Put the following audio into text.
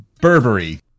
Burberry